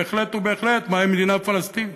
בהחלט ובהחלט, מה עם מדינה פלסטינית?